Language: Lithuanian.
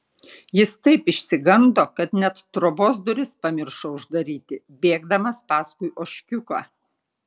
jis taip išsigando kad net trobos duris pamiršo uždaryti bėgdamas paskui ožkiuką